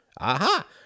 Aha